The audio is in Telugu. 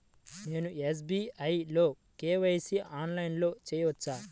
నేను ఎస్.బీ.ఐ లో కే.వై.సి ఆన్లైన్లో చేయవచ్చా?